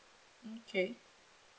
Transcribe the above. okay